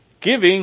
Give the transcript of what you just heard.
giving